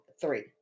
three